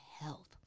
health